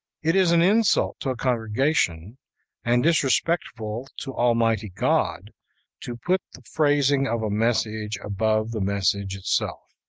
it is an insult to a congregation and disrespectful to almighty god to put the phrasing of a message above the message itself.